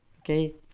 Okay